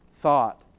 thought